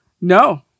No